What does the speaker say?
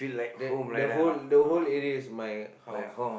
the the whole the whole area is my house